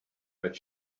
but